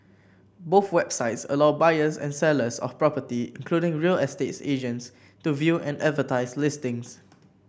both websites allow buyers and sellers of property including real estate agents to view and advertise listings